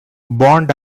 bond